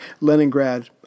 Leningrad